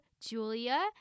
julia